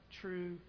true